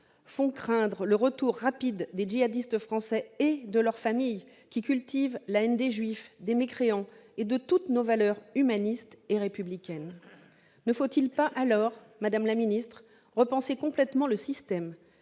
font craindre le retour rapide des djihadistes français et de leurs familles, qui cultivent la haine des juifs, des mécréants et de toutes nos valeurs humanistes et républicaines. Ne faut-il pas alors, madame la ministre, repenser complètement le système